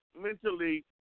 mentally